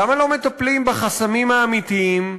למה לא מטפלים בחסמים האמיתיים?